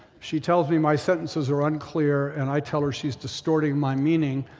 she tells me my sentences are unclear, and i tell her she's distorting my meaning,